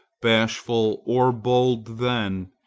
bashful or bold then,